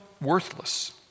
Worthless